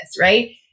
Right